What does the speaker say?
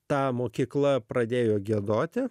tą mokykla pradėjo giedoti